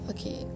Okay